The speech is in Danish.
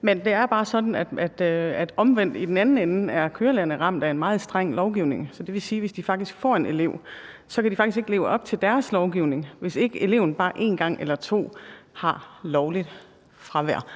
Men det er bare sådan, at omvendt er kørelærerne ramt af en meget streng lovgivning. Det vil sige, at hvis de faktisk får en elev, kan de ikke leve op til den lovgivning, hvis eleven ikke bare en gang eller to gange har lovligt fravær.